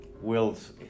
Will's